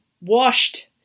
washed